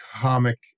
comic